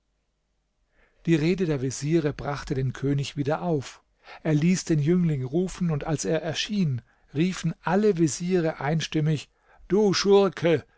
die rede der veziere brachte den könig wieder auf er ließ den jüngling rufen und als er erschien riefen alle veziere einstimmig du schurke